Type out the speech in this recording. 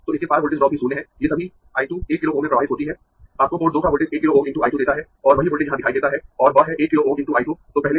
तो इसके पार वोल्टेज ड्रॉप भी शून्य है ये सभी I 2 1 किलो Ω में प्रवाहित होती हैं आपको पोर्ट 2 का वोल्टेज 1 किलो Ω × I 2 देता है और वही वोल्टेज यहाँ दिखाई देता है और वह है 1 किलो Ω × I 2